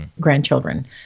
grandchildren